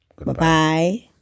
Bye-bye